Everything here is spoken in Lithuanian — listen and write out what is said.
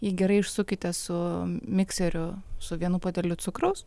jį gerai išsukite su mikseriu su vienu puodeliu cukraus